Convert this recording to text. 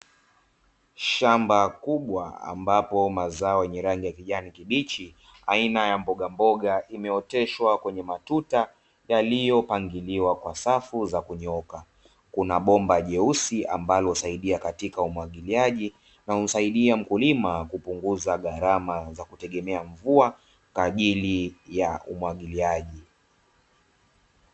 Shamba kubwa, ambapo mazao yenye rangi ya kijani kibichi aina ya mbogamboga, imeoteshwa kwenye matuta yaliyopangiliwa kwa safu za kunyooka. Kuna bomba jeusi ambalo husaidia katika umwagiliaji na humsaidia mkulima kupunguza gharama za kutegemea mvua kwa ajili ya umwagiliaji.